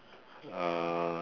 uh